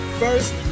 first